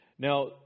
Now